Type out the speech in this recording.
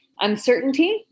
uncertainty